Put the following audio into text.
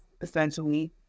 essentially